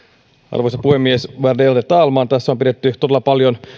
arvoisa puhemies värderade talman tässä on pidetty todella paljon